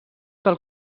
del